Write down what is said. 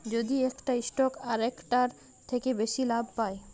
যদি একটা স্টক আরেকটার থেকে বেশি লাভ পায়